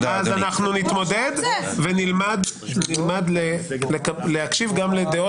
אנחנו נתמודד ונלמד להקשיב גם לדעות